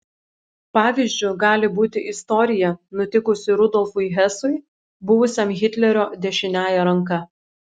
pavyzdžiu gali būti istorija nutikusi rudolfui hesui buvusiam hitlerio dešiniąja ranka